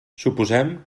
suposem